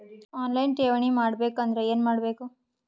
On line ಠೇವಣಿ ಮಾಡಬೇಕು ಅಂದರ ಏನ ಮಾಡಬೇಕು?